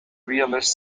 realist